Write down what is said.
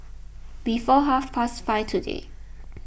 before half past five today